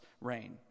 reign